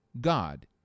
God